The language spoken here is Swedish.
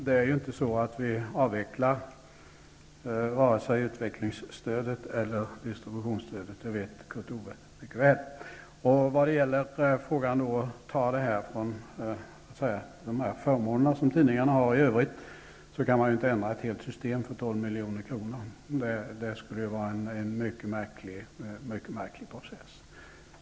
Herr talman! Vi avvecklar inte vare sig utvecklingsstödet eller distributionsstödet. Det vet Johansson säger att man skall ta från de förmåner som tidningarna har i övrigt. Men man kan inte gärna ändra ett helt system för 12 milj.kr. Det skulle var en mycket märklig process.